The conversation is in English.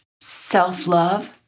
self-love